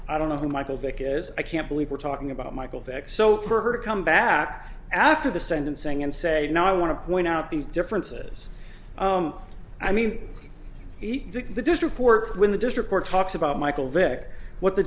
i don't know who michael vick is i can't believe we're talking about michael vick so for her to come back after the sentencing and say no i want to point out these differences i mean he took the district court when the district court talks about michael vick what the